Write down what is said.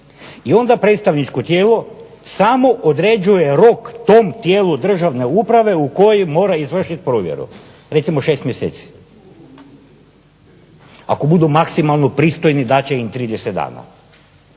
I onda predstavničko tijelo samo određuje rok tom tijelu državne uprave u koji mora izvršiti provjeru. Recimo šest mjeseci. Ako budu maksimalno pristojni dat će im 30 dana.